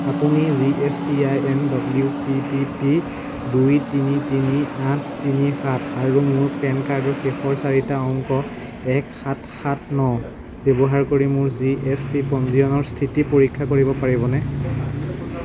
আপুনি G S T I N W P P P দুই তিনি তিনি আঠ তিনি সাত আৰু মোৰ পেন কাৰ্ডৰ শেষৰ চাৰিটা অংক এক সাত সাত ন ব্যৱহাৰ কৰি মোৰ জি এছ টি পঞ্জীয়নৰ স্থিতি পৰীক্ষা কৰিব পাৰিবনে